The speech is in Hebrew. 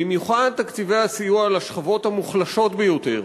במיוחד תקציבי הסיוע לשכבות המוחלשות ביותר: